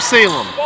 Salem